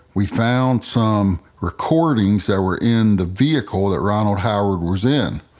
we found some recordings that were in the vehicle that ronald howard was in.